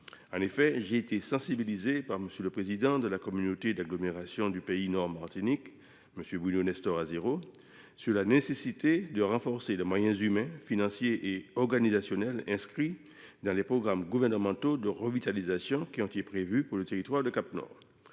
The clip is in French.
d’avenir. J’ai été sensibilisé par le président de la communauté d’agglomération du pays Nord Martinique (CAP Nord), M. Bruno Nestor Azérot, sur la nécessité de renforcer les moyens humains, financiers et organisationnels inscrits dans les programmes gouvernementaux de revitalisation prévus pour ce territoire. M.